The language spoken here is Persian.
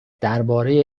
درباره